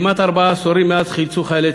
כמעט ארבעה עשורים מאז חילצו חיילי